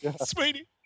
sweetie